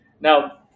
Now